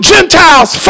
Gentiles